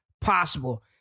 possible